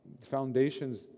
foundations